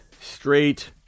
straight